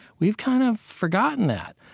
we've kind of forgotten that.